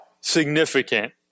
significant